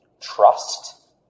trust